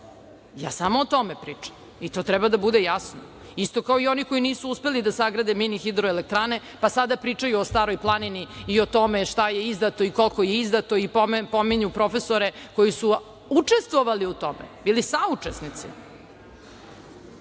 Samo o tome pričam i to treba da bude jasno. Isto kao i oni koji nisu uspeli da sagrade mini hidroelektrane, pa sada pričaju o Staroj planini i o tome šta je izdato i koliko je izdato i pominju profesore koji su učestvovali u tome, bili saučesnici. Što